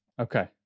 Okay